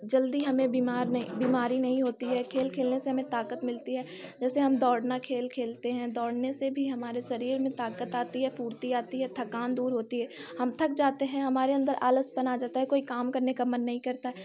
जल्दी हमे बीमार नहीं बीमारी नहीं होती है खेल खेलने से हमे ताकत मिलती है जैसे हम दौड़ना खेल खेलते हैं दौड़ने से भी हमारे शरीर में ताकत आती है फुर्ती आती है थकान दूर होती है हम थक जाते हैं हमारे अन्दर आलसपन आ जाता है कोई काम करने का मन नहीं करता है